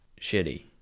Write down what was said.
shitty